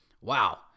wow